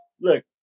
Look